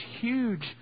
huge